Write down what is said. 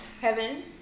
Heaven